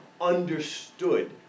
understood